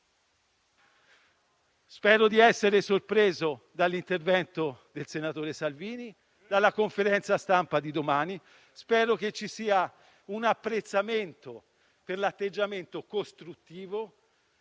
spero di essere sorpreso dall'intervento del senatore Salvini e dalla conferenza stampa di domani. Spero che ci sia un apprezzamento per l'atteggiamento costruttivo